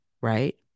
right